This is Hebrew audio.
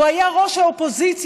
הוא היה ראש האופוזיציה,